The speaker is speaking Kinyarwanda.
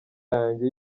yange